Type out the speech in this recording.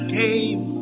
came